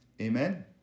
Amen